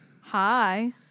Hi